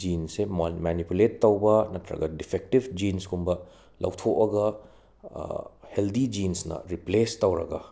ꯖꯤꯟꯁꯦ manipulate ꯇꯧꯕ ꯅꯠꯇ꯭ꯔꯒ defective ꯖꯤꯟ꯭ꯁꯀꯨꯝꯕ ꯂꯧꯊꯣꯛꯑꯒ ꯍꯦꯜꯗꯤ ꯖꯤꯟ꯭ꯁꯅ ꯔꯤꯄ꯭ꯂꯦꯁ ꯇꯧꯔꯒ